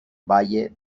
valle